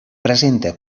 presenta